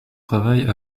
travail